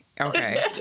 Okay